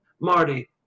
marty